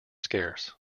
scarce